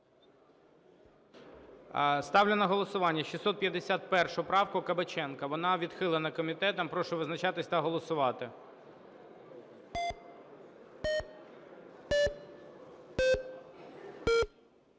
Ставлю на голосування 651 правку Кабаченка. Вона відхилена комітетом. Прошу визначатись та голосувати.